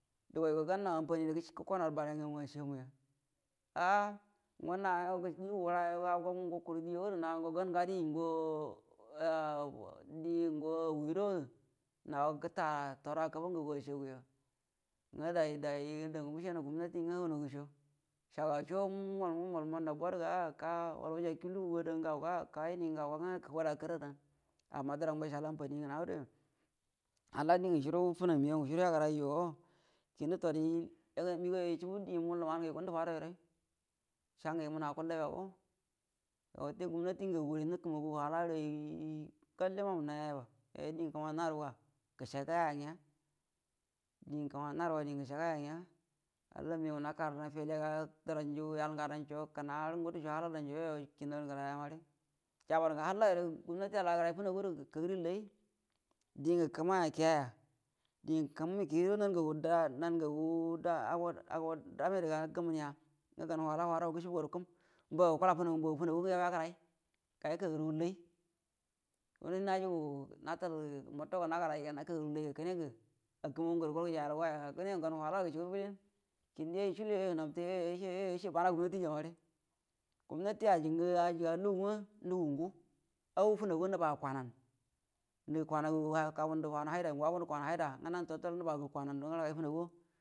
Dugaigo gannawal ama fanidə gukonowal bare ngagoishigo ashamuya a’a ngo nayo lugu wurayo au gamu kuru diyodu nago gau gai ngo a di ngo yudodə nago gətal tono kabo ngagushu go ashamnya nga dai-dai damma mshanau gumnati nga hau nagiusho shagasho mbal nga mbal mannau bot ga wal wujakiu lugu ada ngauga ka iniga nga gda karradau amma dərango ishal amfani ngna daya halla dingə shuru fuu hingau ngə shuru yagənai jo shugau tadi inigauyu lumahyu yugudu fadauyurai shangə imunu akulla bago gumnati ngagure umkəmagu wala rə ai ngalle mamunnauya yiba kəmaui narruga gəshagəya nya-dingə kəmaui naruga dingə gəshagəya nga halla nju yal ngadanja kənarə ngudishe hala dau yoyo kinnaurə ngəlaya mare jabar nga hallayure gumanti agərai funagudə gakagəri lou dingə kəmaya kiyaya dingə kunyu kida nangagu dame-na ngagu ago-agodə damedə ga gəmunuya nga gau wala-walaro gushubu garu kum mbaga gukula funagu mbaga funagu mu yau yagərai yakərəgu lai rə najugu muta ga natal unagəraiga kəne ngə nakagərrgu laiga kənegə akəmagu ngərə gəjayal giyaga kəne ngə gah wala du gushuburə bəlin yoyo shul yoyo nabtə yoyo ishe bana gumnati ja mare gumnati ajingə ajiga lugu nga nugu ngu nga funagna nubagə kwanau kwana ngagu a gagundə ndagə a ngo waguu də kwana haida nga nau tetal nubaga kwana haida nga nugu ngu